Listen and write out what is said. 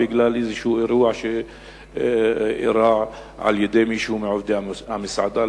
בגלל איזה אירוע שאירע על-ידי מישהו מעובדי המסעדה.